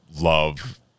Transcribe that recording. love